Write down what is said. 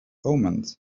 omens